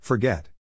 Forget